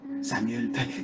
Samuel